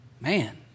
Man